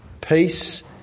peace